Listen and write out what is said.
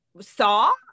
saw